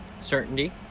Certainty